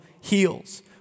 heals